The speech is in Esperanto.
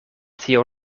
tio